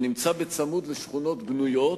שנמצא בצמוד לשכונות בנויות,